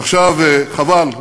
חבל.